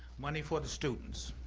money for the students.